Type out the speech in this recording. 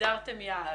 הגדרתם יעד,